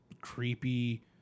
creepy